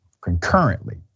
concurrently